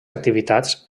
activitats